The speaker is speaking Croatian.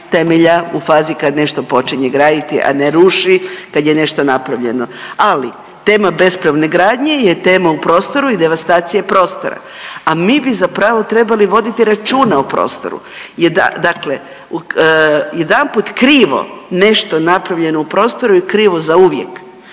u fazi kad nešto počinje graditi, a ne ruši kad je nešto napravljeno. Ali tema bespravne gradnje je tema u prostoru i devastacije prostora, a mi bi zapravo trebali voditi računa o prostoru. Dakle, jedanput krivo nešto napravljeno u prostoru je krivo zauvijek.